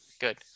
good